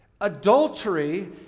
Adultery